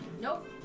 nope